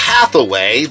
Hathaway